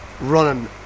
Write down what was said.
running